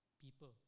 people